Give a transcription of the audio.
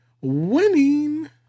winning